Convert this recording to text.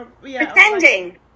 pretending